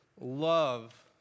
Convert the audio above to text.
love